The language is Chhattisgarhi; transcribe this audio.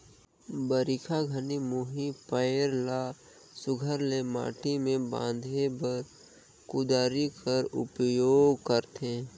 बरिखा घनी मुही पाएर ल सुग्घर ले माटी मे बांधे बर कुदारी कर उपियोग करथे